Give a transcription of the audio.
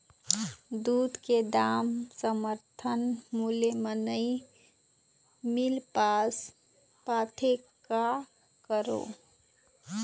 दूध के दाम समर्थन मूल्य म नई मील पास पाथे, का करों?